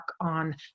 on